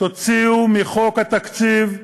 תוציאו מחוק התקציב,